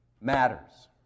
matters